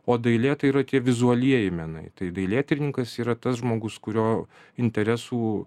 o dailė tai yra tie vizualieji menai tai dailėtyrininkas yra tas žmogus kurio interesų